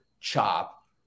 CHOP